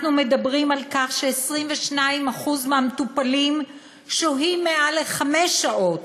אנחנו מדברים על כך ש-22% מהמטופלים שוהים יותר מחמש שעות